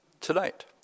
tonight